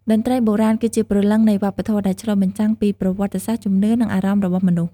តន្ត្រីបុរាណ គឺជាព្រលឹងនៃវប្បធម៌ ដែលឆ្លុះបញ្ចាំងពីប្រវត្តិសាស្ត្រ ជំនឿ និងអារម្មណ៍របស់មនុស្ស។